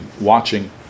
watching